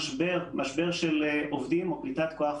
מערך החוץ הישראלי ומשבר תקציב משרד החוץ.